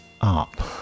up